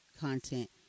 content